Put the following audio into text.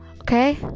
Okay